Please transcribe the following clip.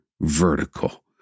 vertical